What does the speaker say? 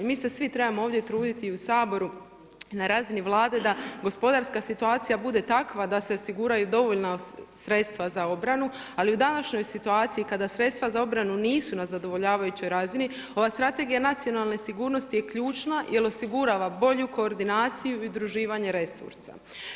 Mi se svi trebamo ovdje truditi u Saboru na razini Vlade da gospodarska situacija bude takva da se osiguraju dovoljna sredstva za obranu, ali u današnjoj situaciji kada sredstva za obranu nisu na zadovoljavajućoj razini ova Strategija nacionalne sigurnosti je ključna jel osigurava bolju koordinaciju i udruživanje resursa.